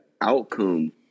outcome